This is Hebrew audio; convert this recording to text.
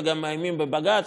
וגם מאיימים בבג"ץ,